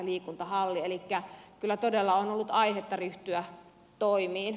elikkä kyllä todella on ollut aihetta ryhtyä toimiin